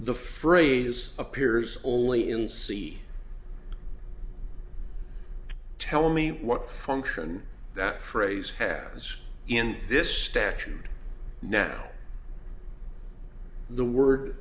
the phrase appears only in c tell me what function that phrase has in this statute now the word